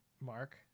mark